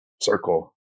circle